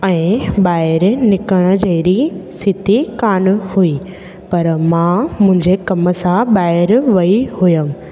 ऐं बाहिरि निकिरण जहिड़ी स्थिती कान हुई पर मां मुंहिंजे कमु सां ॿाहिरि वेई हुअमि